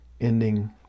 ending